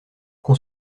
qu’on